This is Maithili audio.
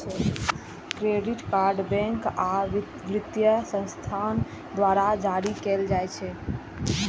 क्रेडिट कार्ड बैंक आ वित्तीय संस्थान द्वारा जारी कैल जाइ छै